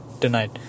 tonight